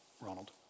Ronald